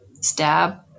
stab